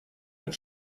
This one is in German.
mit